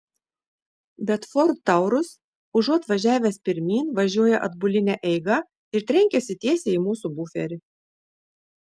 bet ford taurus užuot važiavęs pirmyn važiuoja atbuline eiga ir trenkiasi tiesiai į mūsų buferį